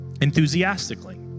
enthusiastically